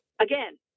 Again